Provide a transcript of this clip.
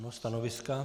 Stanoviska?